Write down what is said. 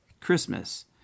Christmas